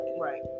Right